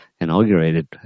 inaugurated